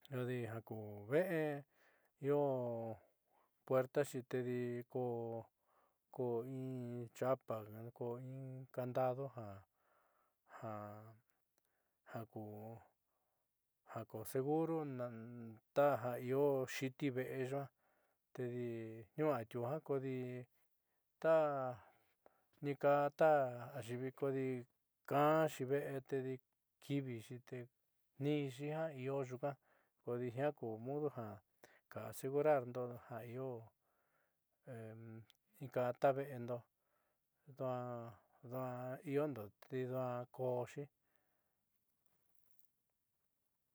Kodi jaku ve'e io puertaxi tedi ko'o ko'o in chapa koó in candado ja ja jaku jaku seguro io xiti ve'e yuaa tidi atiuu kodi ta niika ayiivi kaadi ka'anxi te kiivixi tetniinxi ja io nyuuka kodi jiaa ku mudo ja ka asergurarndo ja io in kaa ta ve'endo nduaa iondo te nduaa kooxi.